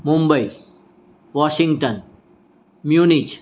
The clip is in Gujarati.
Mumbai Washington Munich